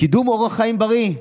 קידום אורח חיים בריא: